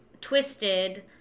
twisted